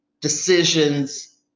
decisions